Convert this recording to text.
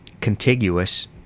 contiguous